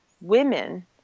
women